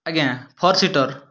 ଆଜ୍ଞା four seater